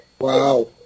Wow